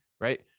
right